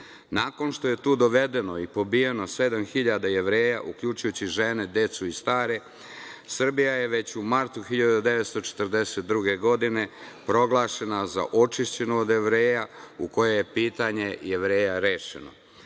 Nakon što je tu dovedeno i pobijeno sedam hiljada Jevreja, uključujući žene, decu i stare, Srbija je već u martu 1942. godine proglašena za očišćenu od Jevreja, u kojoj je pitanje Jevreja rešeno.